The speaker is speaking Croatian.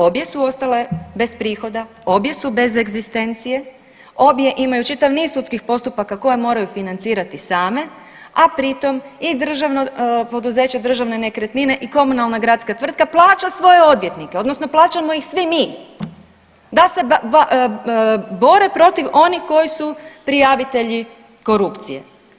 Obje su ostale bez prihoda, obje su bez egzistencije, obje imaju čitav niz sudskih postupaka koje moraju financirati same, a pri tom i državno poduzeće državne nekretnine i komunalna gradska tvrtka plaća svoje odvjetnike odnosno plaćamo ih svi mi da se bore protiv onih koji su prijavitelji korupcije.